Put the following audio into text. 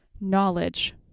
knowledge